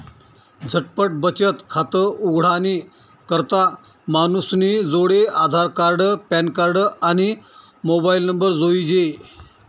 झटपट बचत खातं उघाडानी करता मानूसनी जोडे आधारकार्ड, पॅनकार्ड, आणि मोबाईल नंबर जोइजे